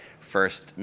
first